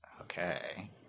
Okay